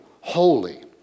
holy